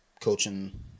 coaching